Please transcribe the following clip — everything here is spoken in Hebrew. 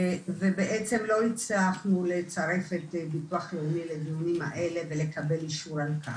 ובעצם לא הצלחנו לצרף את ביטוח לאומי לדיונים האלה ולקבל אישור על כך.